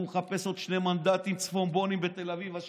והוא מחפש עוד שני מנדטים צפונבונים עשירים